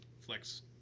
Flex